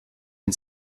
ein